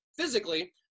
physically